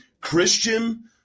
Christian